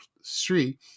Street